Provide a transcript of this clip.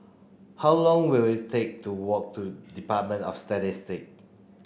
how long will it take to walk to Department of Statistic